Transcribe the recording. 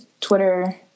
Twitter